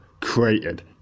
created